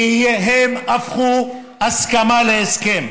כי הם הפכו הסכמה להסכם,